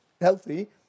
healthy